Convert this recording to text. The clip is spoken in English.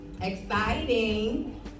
Exciting